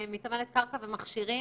אני מתאמנת קרקע ומכשירים.